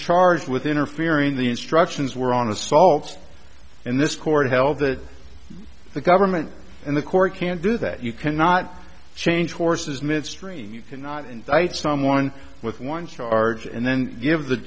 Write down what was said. charged with interfering the instructions were on assault and this court held that the government and the court can do that you cannot change horses midstream you cannot fight someone with one charge and then give the